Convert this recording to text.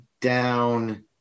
down